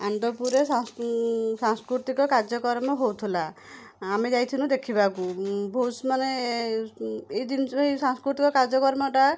ଆନ୍ଦପୁରେ ସାଂସ୍କୃତିକ କାର୍ଯ୍ୟକ୍ରମ ହେଉଥିଲା ଆମେ ଯାଇଥିନୁ ଦେଖିବାକୁ ଭୁଷ ମାନେ ଏହି ଜିନିଷ ଏହି ସାଂସ୍କୃତିକ କାର୍ଯ୍ୟକ୍ରମଟା